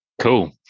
Cool